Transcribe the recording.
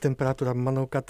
temperatūra manau kad